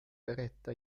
berätta